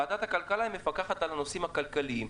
ועדת הכלכלה מפקחת על הנושאים הכלכליים.